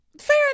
Fair